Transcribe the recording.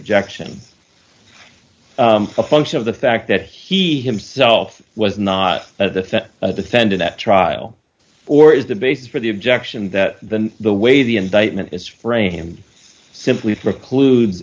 objection a function of the fact that he himself was not at that defended at trial or is the basis for the objection that than the way the indictment is framed simply